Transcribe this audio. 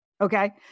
Okay